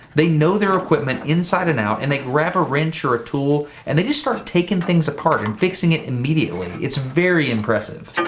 they know their equipment inside and out, and they wrap a wrench or a tool, and they just start taking things apart, and fixing it immediately. it's very impressive.